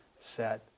set